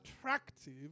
attractive